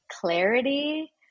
clarity